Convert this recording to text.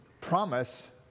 promise